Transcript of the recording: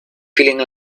feeling